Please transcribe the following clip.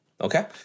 okay